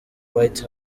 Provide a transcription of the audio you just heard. white